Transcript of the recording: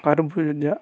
కర్బూజా